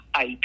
IP